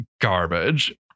garbage